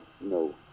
No